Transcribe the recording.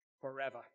forever